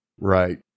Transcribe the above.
Right